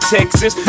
Texas